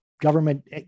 Government